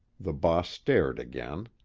the boss stared again.